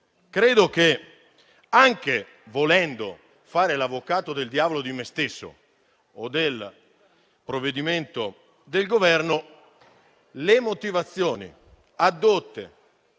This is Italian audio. Credo che, anche volendo fare l'avvocato del diavolo di me stesso o del provvedimento del Governo, le motivazioni addotte